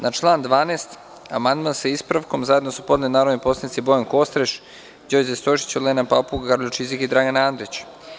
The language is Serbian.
Na član 12. amandman, sa ispravkom, zajedno su podneli narodni poslanici Bojan Kostreš, Đorđe Stojšić, Olena Papuga, Karolj Čizik i Dragan Andrić.